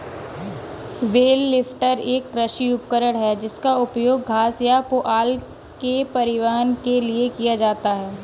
bell lifter एक कृषि उपकरण है जिसका उपयोग घास या पुआल के परिवहन के लिए किया जाता है